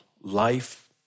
life